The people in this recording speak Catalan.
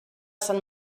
sant